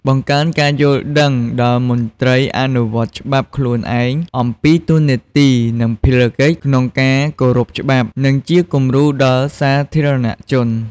បង្កើនការយល់ដឹងដល់មន្ត្រីអនុវត្តច្បាប់ ខ្លួនឯង អំពីតួនាទី និងភារកិច្ចក្នុងការគោរពច្បាប់ និងជាគំរូដល់សាធារណជន។